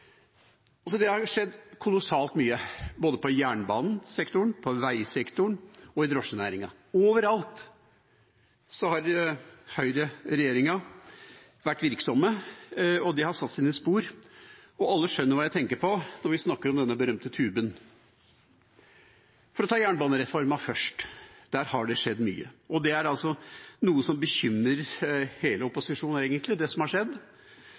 Det har skjedd kolossalt mye både i jernbanesektoren, i veisektoren og i drosjenæringen. Overalt har høyreregjeringa vært virksomme, og det har satt sine spor. Alle skjønner hva jeg tenker på når vi snakker om denne berømte tuben. For å ta jernbanereformen først: Der har det skjedd mye, og det som har skjedd, er noe som bekymrer hele opposisjonen, egentlig. Man har hakket opp ansvaret i mange sektorer, som